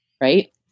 Right